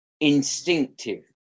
instinctive